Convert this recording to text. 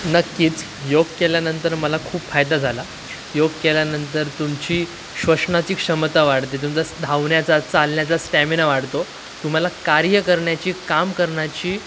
नक्कीच योग केल्यानंतर मला खूप फायदा झाला योग केल्यानंतर तुमची श्वसनाची क्षमता वाढते तुमचा धावण्याचा चालण्याचा स्टॅमिना वाढतो तुम्हाला कार्य करण्याची काम करण्याची